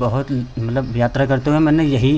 बहुत मतलब यात्रा करते हुए मैंने यही